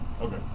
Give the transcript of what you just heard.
Okay